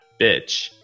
bitch